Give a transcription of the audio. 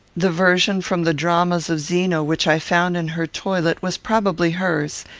the version from the dramas of zeno which i found in her toilet was probably hers,